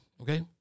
okay